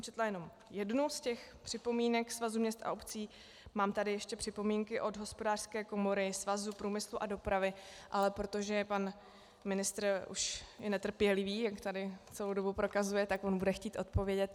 Četla jsem jenom jednu z těch připomínek Svazu měst a obcí, mám tady ještě připomínky od Hospodářské komory, Svazu průmyslu a dopravy, ale protože pan ministr je už netrpělivý, jak tady celou dobu prokazuje, tak on bude chtít odpovědět.